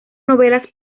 novelas